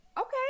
okay